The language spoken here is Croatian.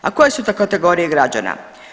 A koje su to kategorije građana?